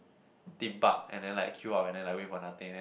Theme Park and then like queue up and then like wait for nothing then